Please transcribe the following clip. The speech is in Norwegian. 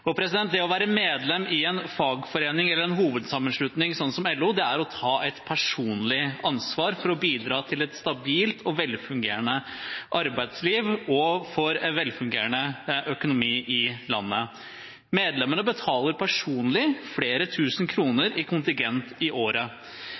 Og det å være medlem i en fagforening eller hovedsammenslutning, sånn som LO, er å ta et personlig ansvar for å bidra til et stabilt og velfungerende arbeidsliv og for velfungerende økonomi i landet. Medlemmene betaler personlig flere tusen kroner